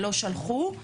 לא שלחו,